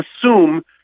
assume